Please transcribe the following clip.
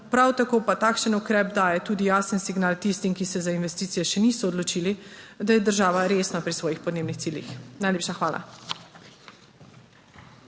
Prav tako pa takšen ukrep daje tudi jasen signal tistim, ki se za investicije še niso odločili, da je država resna pri svojih podnebnih ciljih. Najlepša hvala.